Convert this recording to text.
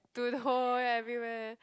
to the whole everywhere